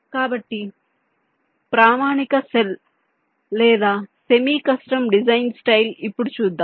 కాబట్టి ప్రామాణిక సెల్ లేదా సెమీ కస్టమ్ డిజైన్ స్టైల్ ఇప్పుడు చూద్దాం